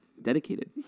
Dedicated